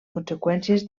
conseqüències